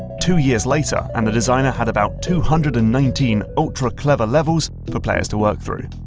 two years later, and the designer had about two hundred and nineteen ultra clever levels for players to work through.